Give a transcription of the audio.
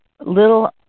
little